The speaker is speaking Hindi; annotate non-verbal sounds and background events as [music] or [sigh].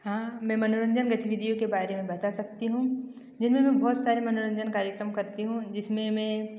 हाँ मैं मनोरंजन गतिविधियों के बारे में बता सकती हूँ जिनमें [unintelligible] बहुत सारे मनोरंजन कार्यक्रम करती हूँ जिसमें मैं